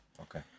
Okay